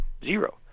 Zero